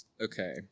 Okay